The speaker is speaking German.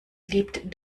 liebt